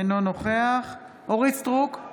אינו נוכח אורית מלכה סטרוק,